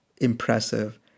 impressive